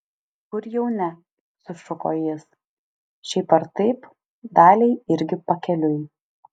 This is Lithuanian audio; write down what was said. kur jau ne sušuko jis šiaip ar taip daliai irgi pakeliui